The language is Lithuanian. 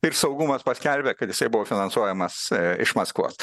ir saugumas paskelbė kad jisai buvo finansuojamas iš maskvos